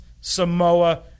Samoa